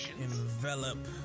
envelop